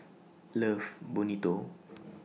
Love Bonito